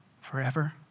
forever